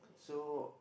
so